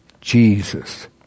Jesus